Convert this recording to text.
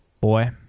boy